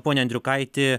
pone andriukaiti